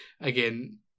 again